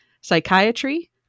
psychiatry